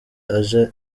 aja